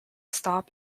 stop